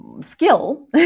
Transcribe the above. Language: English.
skill